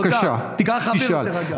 מוכן לשאול.